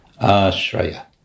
ashraya